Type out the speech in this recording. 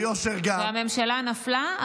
והממשלה נפלה,